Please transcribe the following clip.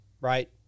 right